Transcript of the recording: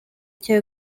cya